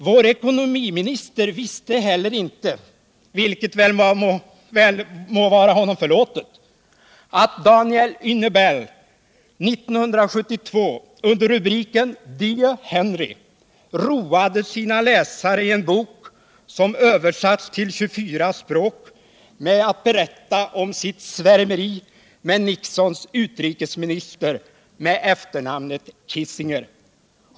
Vår ekonomiminister visste heller inte — vilket väl må vara honom förlåtet — att Danielle Hunebelle 1972 under rubriken ”Dear Henry” roade sina läsare i en bok, som översattes till 24 språk, med att berätta om sitt svärmeri för Nixons utrikesminister med efternamnet Kissinger.